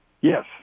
Yes